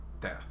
death